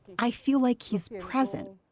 i feel like he's present,